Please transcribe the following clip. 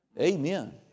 Amen